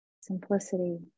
simplicity